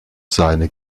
seine